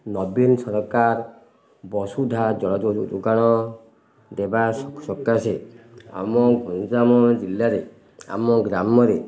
ନବୀନ ସରକାର ବସୁଦ୍ଧା ଜଳ ଯୋଗାଣ ଦେବା ସକାଶେ ଆମ ଗଞ୍ଜାମ ଜିଲ୍ଲାରେ ଆମ ଗ୍ରାମରେ